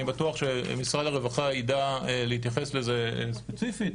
אני בטוח שמשרד הרווחה ידע להתייחס לזה ספציפית.